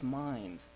mind